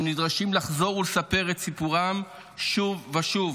הם נדרשים לחזור ולספר את סיפורם שוב ושוב